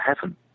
heaven